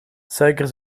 suiker